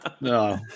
No